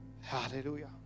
Hallelujah